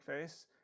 face